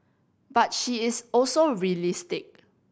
but she is also realistic